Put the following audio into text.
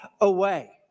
away